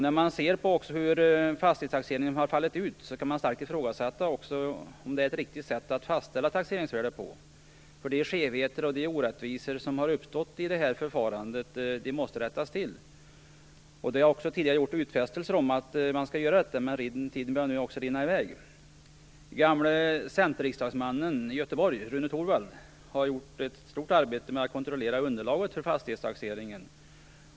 När man ser på hur fastighetstaxeringen har fallit ut kan man starkt ifrågasätta om det är ett riktigt sätt att fastställa taxeringsvärdet på. De skevheter och orättvisor som har uppstått i detta förfarande måste rättas till. Det har också tidigare gjorts utfästelser om att man skall göra detta, men nu börjar tiden rinna i väg. Den gamle centerriksdagsmannen i Göteborg, Rune Torwald, har gjort ett stort arbete med att kontrollera underlaget för fastighetstaxeringen.